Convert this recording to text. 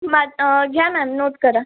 मा घ्या ma'am note करा